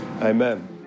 amen